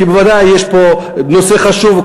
כי בוודאי יש פה נושא חשוב,